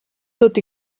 tot